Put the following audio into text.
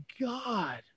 God